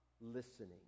listening